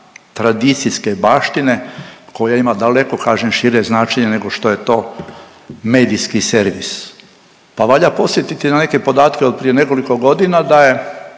tradicijske baštine koja ima daleko kažem šire značenje nego što je to medijski servis. Pa valja podsjetiti na neke podatke od prije nekoliko godina da je